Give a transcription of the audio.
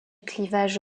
clivage